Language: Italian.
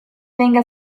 venga